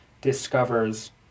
discovers